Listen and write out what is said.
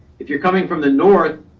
if you're coming from the north,